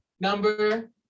number